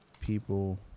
people